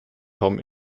tom